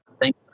Thank